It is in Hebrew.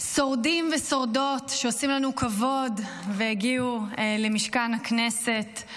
שורדים ושורדות שעושים לנו כבוד והגיעו למשכן הכנסת,